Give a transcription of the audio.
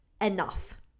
enough